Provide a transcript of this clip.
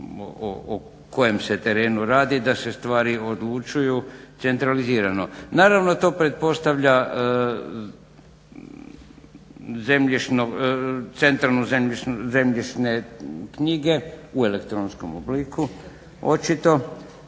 o kojem se terenu radi, da se stvari odlučuju centralizirano. Naravno, to pretpostavlja centralne zemljišne knjige u elektronskom obliku očito